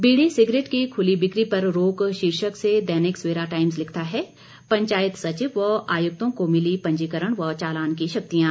बीड़ी cigarette की खुली बिक्री पर रोक शीर्षक से दैनिक सवेरा टाइम्स लिखता है पंचायत सचिव व आयुक्तों को मिली पंजीकरण व चालान की शक्तियां